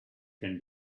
can